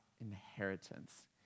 inheritance